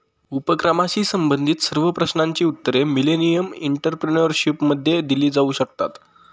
उपक्रमाशी संबंधित सर्व प्रश्नांची उत्तरे मिलेनियम एंटरप्रेन्योरशिपद्वारे दिली जाऊ शकतात